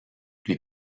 lui